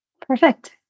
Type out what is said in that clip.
Perfect